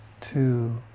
two